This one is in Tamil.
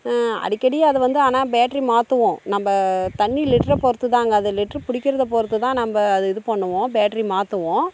அடிக்கடி அதை வந்து ஆனால் பேட்டரி மாற்றுவோம் நம்ப தண்ணி லிட்டரை பொறுத்துதாங்க அது லிட்டர் பிடிக்கிறத பொறுத்து தான் நம்ப அதை இது பண்ணுவோம் பேட்டரி மாற்றுவோம்